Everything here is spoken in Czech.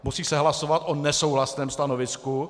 Musí se hlasovat o nesouhlasném stanovisku.